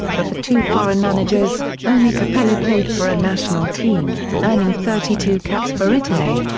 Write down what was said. of the two foreign managers, only capello played for a national team, earning thirty two caps for italy.